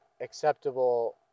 acceptable